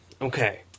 okay